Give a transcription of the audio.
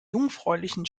jungfräulichen